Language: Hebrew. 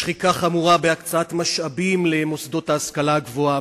שחיקה חמורה בהקצאת משאבים למוסדות ההשכלה הגבוהה,